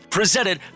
presented